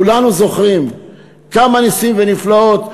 כולנו זוכרים כמה נסים ונפלאות,